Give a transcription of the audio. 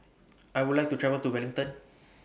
I Would like to travel to Wellington